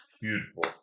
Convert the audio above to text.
Beautiful